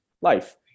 life